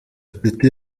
gatete